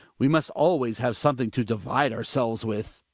we must always have something to divide ourselves with.